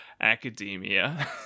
Academia